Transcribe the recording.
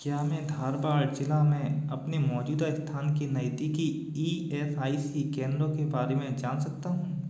क्या मैं धारबाड़ ज़िला में अपने मौजूदा स्थान की नज़दीकी ई एस आई सी केंद्रों के बारे में जान सकता हूँ